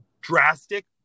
drastic